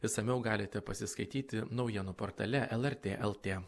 išsamiau galite pasiskaityti naujienų portale lrt lt